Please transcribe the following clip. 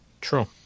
True